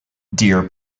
deer